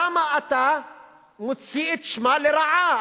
למה אתה מוציא את שמה לרעה?